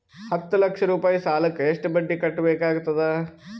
ಹತ್ತ ಲಕ್ಷ ರೂಪಾಯಿ ಸಾಲಕ್ಕ ಎಷ್ಟ ಬಡ್ಡಿ ಕಟ್ಟಬೇಕಾಗತದ?